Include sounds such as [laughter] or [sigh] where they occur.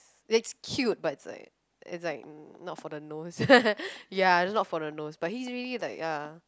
that's cute but it's like it's like not for the nose [laughs] ya just not for the nose but he's really like ah